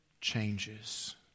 changes